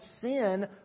sin